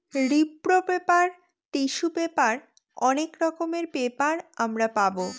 রিপ্র paper, tissue paper অনেক রকমের পেপার আমরা পাবো